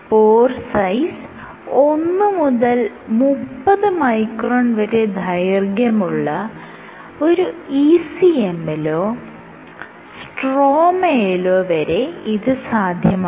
പോർ size ഒന്ന് മുതൽ മുപ്പത് മൈക്രോൺ വരെ ദൈർഘ്യമുള്ള ഒരു ECM ലോ സ്ട്രോമയിലോ വരെ ഇത് സാധ്യമാണ്